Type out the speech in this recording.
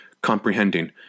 comprehending